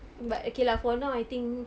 but okay lah for now I think